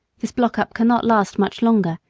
this block-up cannot last much longer,